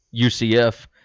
UCF